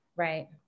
Right